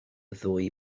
ddwy